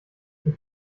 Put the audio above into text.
ich